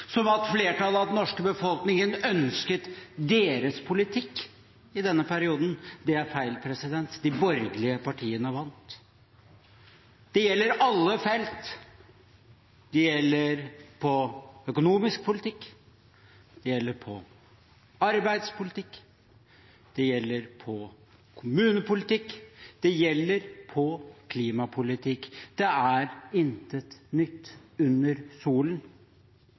som at flertallet av den norske befolkningen ønsket deres politikk i denne perioden. Det er feil. De borgerlige partiene vant. Det gjelder på alle felt. Det gjelder på økonomisk politikk, det gjelder på arbeidspolitikk, det gjelder på kommunepolitikk, det gjelder på klimapolitikk. Det er intet nytt under solen.